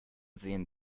seen